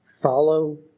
Follow